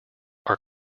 are